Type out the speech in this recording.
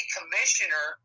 Commissioner